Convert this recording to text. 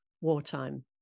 wartime